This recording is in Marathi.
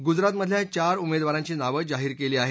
गुजरातमधल्या चार उमेदवारांची नावं जाहीर केली आहेत